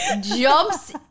jumps